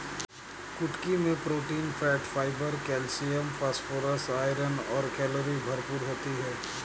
कुटकी मैं protein, fat, fibre, calcium, phosphorus, iron और कैलोरी भरपूर होती है